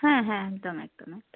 হ্যাঁ হ্যাঁ একদম একদম একদম